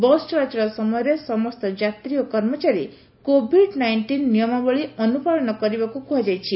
bus ଚଳାଚଳ ସମୟରେ ସମସ୍ତ ଯାତ୍ରୀ ଓ କର୍ମଚାରୀ କୋଭିଡ୍ ନାଇଷ୍ଟିନ ନିୟମାବଳୀ ଅନୁପାଳନ କରିବାକୁ କୁହାଯାଇଛି